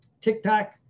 TikTok